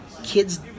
kids